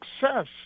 success